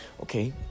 Okay